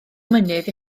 mynydd